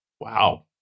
Wow